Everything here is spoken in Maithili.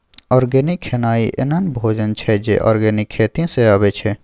आर्गेनिक खेनाइ एहन भोजन छै जे आर्गेनिक खेती सँ अबै छै